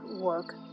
work